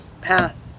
path